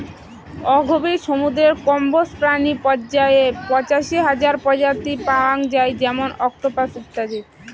অগভীর সমুদ্রের কম্বোজ প্রাণী পর্যায়ে পঁচাশি হাজার প্রজাতি পাওয়াং যাই যেমন অক্টোপাস ইত্যাদি